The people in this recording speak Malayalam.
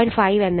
5 എന്നല്ല